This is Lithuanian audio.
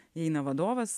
įeina vadovas